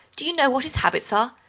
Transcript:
do you know what his habits are?